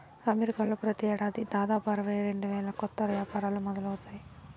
అమెరికాలో ప్రతి ఏడాది దాదాపు అరవై రెండు వేల కొత్త యాపారాలు మొదలవుతాయి